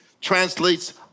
translates